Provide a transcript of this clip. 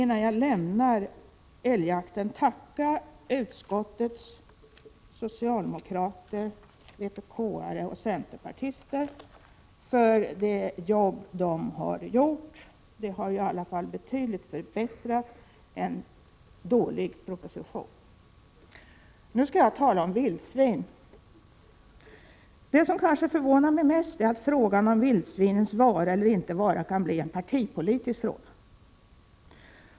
Innan jag lämnar älgjakten vill jag tacka utskottets socialdemokrater, vpk:are och centerpartister för det jobb de har gjort. Det har i alla fall betydligt förbättrat en dålig proposition. Nu skall jag tala om vildsvin. Det som kanske förvånar mig mest är att frågan om vildsvinens vara eller inte vara kan bli en partipolitisk fråga.